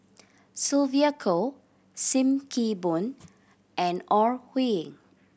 Sylvia Kho Sim Kee Boon and Ore Huiying